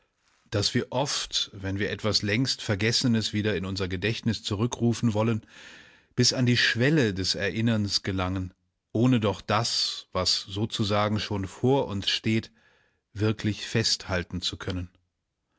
daß wir oft wenn wir etwas längst vergessenes wieder in unser gedächtnis zurückrufen wollen bis an die schwelle des erinnerns gelangen ohne doch das was sozusagen schon vor uns steht wirklich festhalten zu können